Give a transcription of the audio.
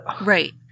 Right